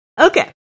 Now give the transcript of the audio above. Okay